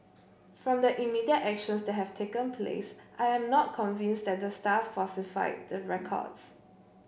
from the immediate actions that have taken place I am not convinced that the staff falsified the records